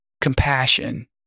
compassion